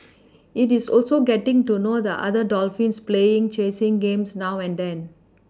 it is also getting to know the other dolphins playing chasing games now and then